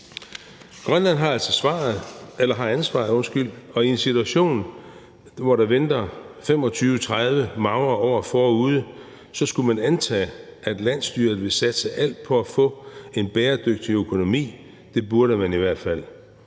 Grønland har altså ansvaret, og i en situation, hvor der venter 25-30 magre år forude, skulle man antage, at landsstyret ville satse alt på at få en bæredygtig økonomi. Det burde man i hvert fald.